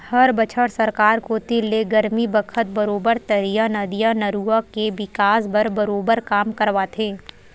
हर बछर सरकार कोती ले गरमी बखत बरोबर तरिया, नदिया, नरूवा के बिकास बर बरोबर काम करवाथे